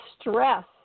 stress